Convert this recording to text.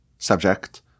Subject